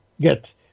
get